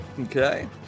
Okay